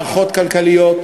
פה בידי,